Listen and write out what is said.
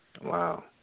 Wow